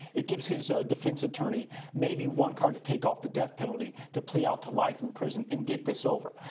it gives his defense attorney maybe one card to take off the death penalty, to plea out to life in prison to and get this over.